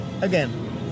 again